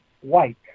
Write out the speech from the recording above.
white